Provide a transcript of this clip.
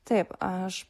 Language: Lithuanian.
taip aš